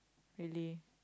really